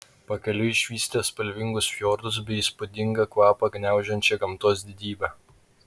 pakeliui išvysite spalvingus fjordus bei įspūdingą kvapą gniaužiančią gamtos didybę